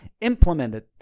implemented